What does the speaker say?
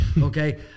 Okay